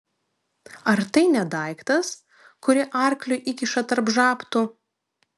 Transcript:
ar tai ne daiktas kurį arkliui įkiša tarp žabtų